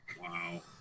Wow